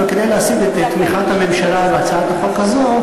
אבל כדי להשיג את תמיכת הממשלה בהצעת החוק הזו,